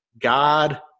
God